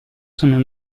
sono